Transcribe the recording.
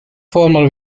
former